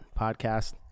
Podcast